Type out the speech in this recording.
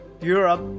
Europe